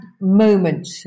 moment